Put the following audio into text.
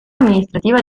amministrativa